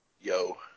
Yo